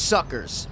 Suckers